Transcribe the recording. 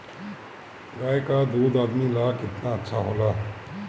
गाय का दूध आदमी ला कितना अच्छा होला?